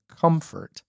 comfort